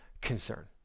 concern